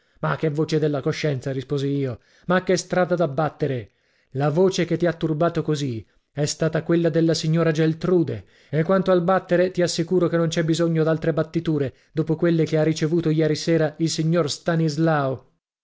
ma che voce della coscienza risposi io ma che strada da battere la voce che ti ha turbato così è stata quella della signora geltrude e quanto al battere ti assicuro che non c'è bisogno d'altre battiture dopo quelle che ha ricevuto ieri sera il signor stanislao